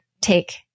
take